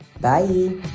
Bye